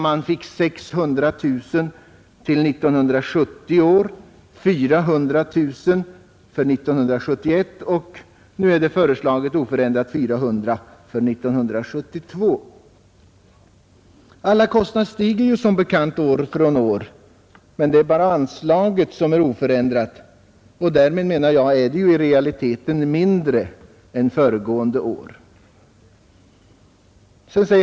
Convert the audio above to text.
Man fick 600 000 kronor för år 1970, 400 000 kronor för 1971 och nu föreslås för 1972 oförändrat 400 000 kronor. Alla kostnader stiger ju som bekant år från år; det är bara anslaget som är oförändrat och därmed i realiteten mindre än föregående år.